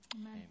Amen